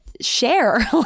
share